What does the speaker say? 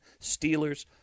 Steelers